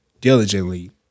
diligently